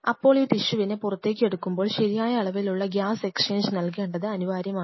അപ്പോൾ ഈ ടിഷ്യുവിനെ പുറത്തേക്ക് എടുക്കുമ്പോൾ ശരിയായ അളവിലുള്ള ഗ്യാസ് എക്സ്ചേഞ്ച് നൽകേണ്ടത് അനിവാര്യമാണ്